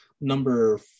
number